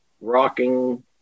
rocking